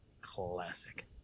Classic